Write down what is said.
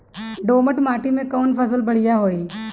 दोमट माटी में कौन फसल बढ़ीया होई?